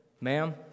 Ma'am